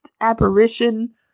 apparition